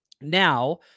now